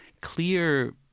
clear